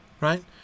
right